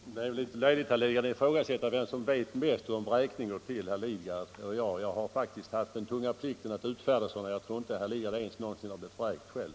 Herr talman! Det är litet löjligt när herr Lidgard ifrågasätter vem som vet mest om vräkning, herr Lidgard själv eller jag. Jag har faktiskt haft den tunga plikten att meddela beslut om sådana här vräkningar. Jag tror inte att herr Lidgard någonsin blivit vräkt själv.